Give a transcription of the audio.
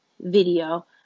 video